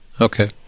Okay